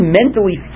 mentally